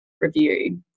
review